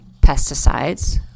pesticides